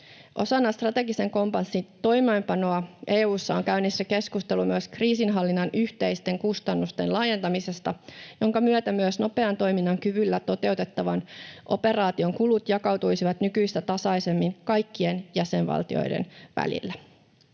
Osana strategisen kompassin toimeenpanoa EU:ssa on käynnissä keskustelu myös kriisinhallinnan yhteisten kustannusten laajentamisesta, jonka myötä myös nopean toiminnan kyvyllä toteutettavan operaation kulut jakautuisivat nykyistä tasaisemmin kaikkien jäsenvaltioiden välillä.